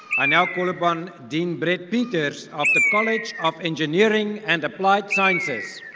i now call upon dean brett peters of the college of engineering and applied sciences.